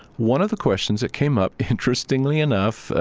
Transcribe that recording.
one of the questions that came up interestingly enough,